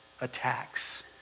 attacks